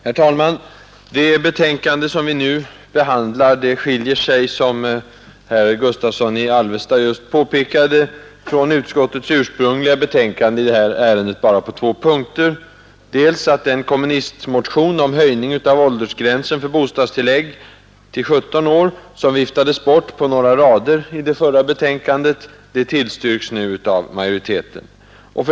Herr talman! Det betänkande som vi nu behandlar skiljer sig, som herr Gustavsson i Alvesta just påpekade, från utskottets ursprungliga betänkande i det här ärendet bara på två punkter. Den kommunistmotion om höjning av åldersgränsen för bostadstillägg till 17 år, som viftades bort på några rader i det förra betänkandet, tillstyrks nu av majoriteten.